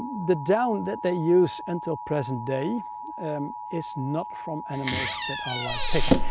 the down that they use until present day is not from animals that are live picked.